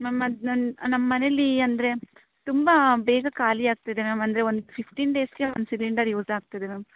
ma'am ಅದು ನನ್ನ ನಮ್ಮ ಮನೆಯಲ್ಲಿ ಅಂದರೆ ತುಂಬ ಬೇಗ ಖಾಲಿ ಆಗ್ತಿದೆ ಮ್ಯಾಮ್ ಅಂದರೆ ಒಂದು ಫಿಫ್ಟೀನ್ ಡೇಸ್ಗೆ ಒಂದು ಸಿಲಿಂಡರ್ ಯೂಸ್ ಆಗ್ತಿದೆ ಮ್ಯಾಮ್